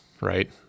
right